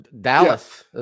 dallas